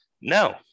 no